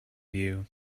you